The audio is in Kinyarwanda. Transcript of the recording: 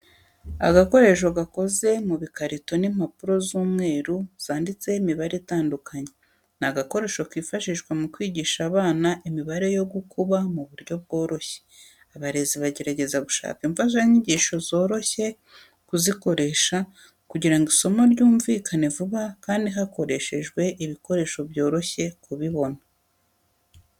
Agakoresho gakoze mu bikarito n'impapuro z'umweru zanditseho imibare itandukanye, ni agakoresho kifashishwa mu kwigisha imibare yo gukuba mu buryo bworoshye. Abarezi bagerageza gushaka imfashanyigisho zoroshye kuzikoresha kugira ngo isomo ryumvikane vuba kandi hakoreshejwe ibikoresho byoroshye kubibona.